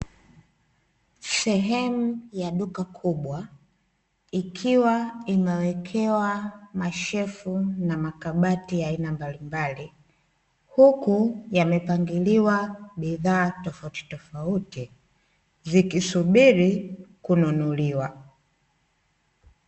Sehemu ya duka kubwa ikiwa imewekewa mashelfu na makabati ya aina mbalimbali, huku yamepangiliwa bidhaa tofautitofauti zikisubiri kununuliwa.